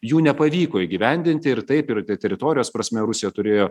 jų nepavyko įgyvendinti ir taip ir teritorijos prasme rusija turėjo